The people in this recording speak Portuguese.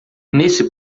nesse